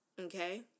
okay